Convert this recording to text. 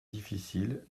difficile